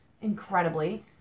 incredibly